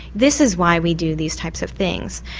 this is why we do these types of things.